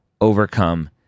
overcome